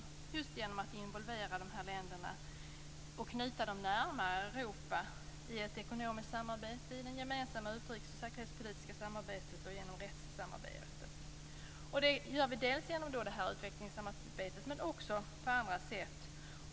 Det sker just genom att involvera dessa länder och knyta dem närmare Europa i ett ekonomiskt samarbete och i det gemensamma utrikes och säkerhetspolitiska samarbetet och genom rättssamarbetet. Detta gör vi dels genom utvecklingssamarbetet, dels på andra sätt.